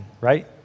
right